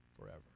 forever